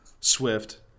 Swift